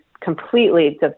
completely